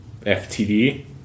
FTD